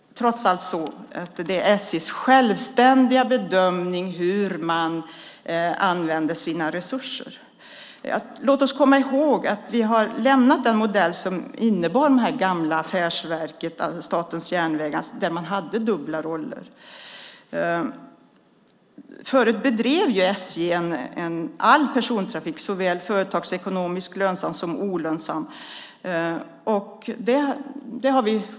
Trots allt bedömer SJ självständigt hur man använder sina resurser. Låt oss komma ihåg att vi har lämnat den gamla modellen innebärande att det gamla affärsverket Statens järnvägar hade dubbla roller. Förut bedrev SJ all persontrafik, såväl företagsekonomiskt lönsam som företagsekonomiskt olönsam sådan.